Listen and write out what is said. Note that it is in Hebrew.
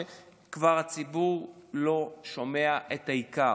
והציבור כבר לא שומע את העיקר.